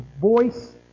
voice